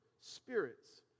spirits